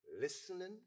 listening